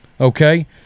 Okay